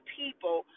people